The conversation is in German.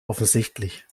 offensichtlich